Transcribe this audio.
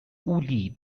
woolly